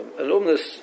alumnus